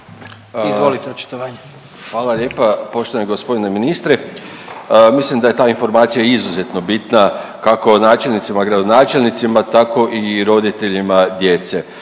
Predrag (HNS)** Hvala lijepa. Poštovani g. ministre, mislim da je ta informacija izuzetno bitna kako načelnicima i gradonačelnicima tako i roditeljima djece.